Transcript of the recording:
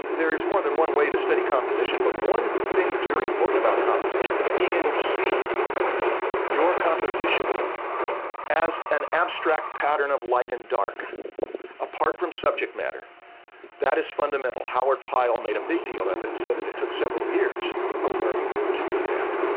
there is more than one way to study composition. but one thing that's very important about composition is being able to see your composition as an abstract pattern of light and dark apart from subject matter that is fundamental howard pyle made a big deal of it said that it took several years of learning to do that.